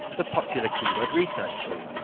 the popular keyword research tool.